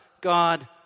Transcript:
God